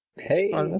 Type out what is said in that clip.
Hey